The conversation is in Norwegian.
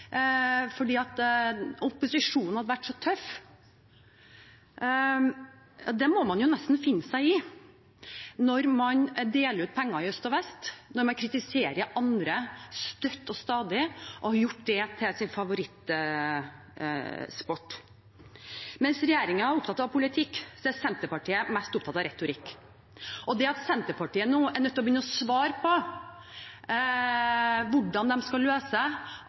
hadde vært så tøff. Det må man nesten finne seg i når man deler ut penger i øst og vest, og når man kritiserer andre støtt og stadig, og har gjort det til sin favorittsport. Mens regjeringen er opptatt av politikk, er Senterpartiet mest opptatt av retorikk. Det at Senterpartiet nå er nødt til å begynne å svare på hvordan de skal løse